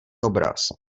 obraz